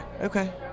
okay